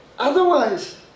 Otherwise